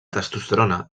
testosterona